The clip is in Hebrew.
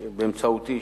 באמצעותי,